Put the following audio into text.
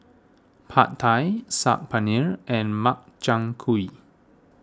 Pad Thai Saag Paneer and Makchang Gui